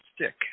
stick